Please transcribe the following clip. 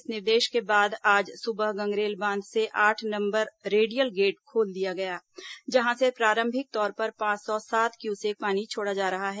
इस निर्देश के बाद आज सुबह गंगरेल बांध के आठ नंबर रेडियल गेट को खोल दिया गया जहां से प्रारंभिक तौर पर पांच सौ सात क्यूसेक पानी छोड़ा जा रहा है